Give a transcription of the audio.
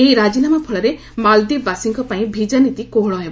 ଏହି ରାଜିନାମା ଫଳରେ ମାଳଦ୍ୱୀପ ବାସୀଙ୍କ ପାଇଁ ଭିଜା ନୀତି କୋହଳ ହେବ